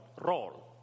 role